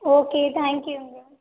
okay thank யூங்க